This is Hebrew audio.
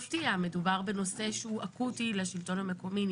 בנושא שהוא אקוטי לשלטון המקומי.